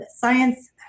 science